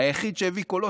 היחיד שהביא קולות,